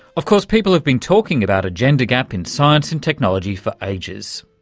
of course, people have been talking about a gender gap in science and technology for ages,